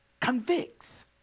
convicts